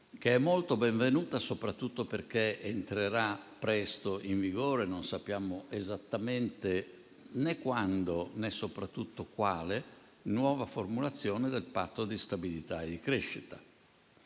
è molto benvenuta, soprattutto perché entrerà presto in vigore - non sappiamo esattamente quando e soprattutto in quale forma - la nuova formulazione del Patto di stabilità e di crescita,